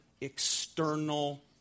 external